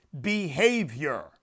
behavior